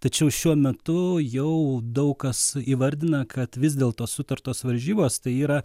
tačiau šiuo metu jau daug kas įvardina kad vis dėlto sutartos varžybos tai yra